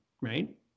right